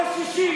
פלסטינים?